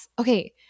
okay